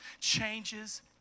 changes